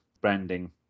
branding